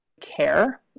care